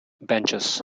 benches